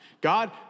God